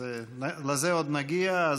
לזה עוד נגיע.